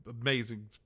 amazing